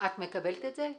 את מקבלת את זה?